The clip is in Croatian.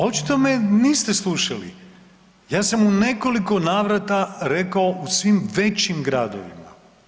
Očito me niste slušali, ja sam u nekoliko navrata rekao u svim većim gradovima.